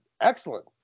excellent